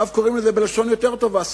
עכשיו קוראים לזה בלשון יותר טובה,